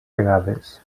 vegades